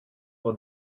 for